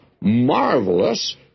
marvelous